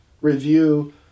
review